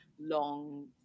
long